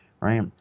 right